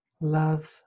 love